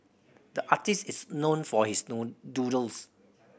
the artist is known for his doodles